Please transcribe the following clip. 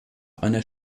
einer